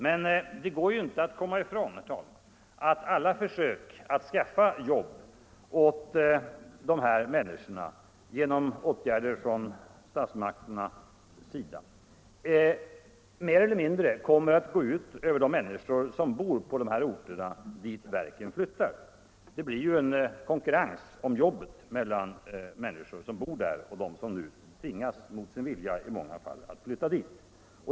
Men det går ju inte att komma ifrån, herr talman, att alla försök att skaffa jobb åt de här människorna mer eller mindre kommer att gå ut över de människor som bor på de orter dit verken flyttar. Det blir ju en konkurrens om jobben mellan dessa och dem som nu mot sin vilja tvingas att flytta.